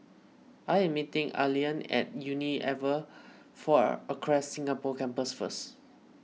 I am meeting Allean at Unilever four Acres Singapore Campus first